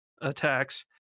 attacks